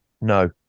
No